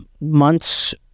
months